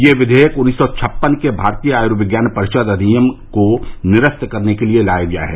यह विधेयक उन्नीस सौ छप्पन के भारतीय आयूर्विज्ञान परिषद अधिनियम को निरस्त करने के लिए लाया गया है